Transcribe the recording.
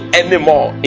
anymore